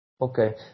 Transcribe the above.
Okay